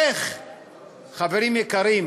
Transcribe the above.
איך, חברים, יקרים?